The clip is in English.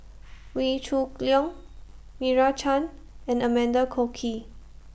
Wee Shoo Leong Meira Chand and Amanda Koe Key